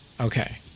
Okay